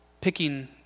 picking